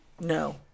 no